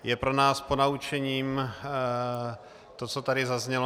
Je pro nás ponaučením to, co tady zaznělo.